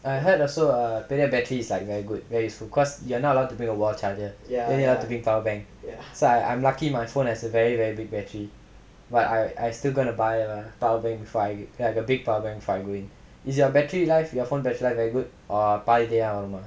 I heard also பெரிய:periya battery is like very good very good cause you are not allowed to bring a wall charger then you have to bring power bank so I'm lucky my phone has a very very good battery but I I still gonna buy a power bank like a big power bank is your battery life your phone battery life very good or பாதிலியே ஆவுமா:paathiliyae aavumaa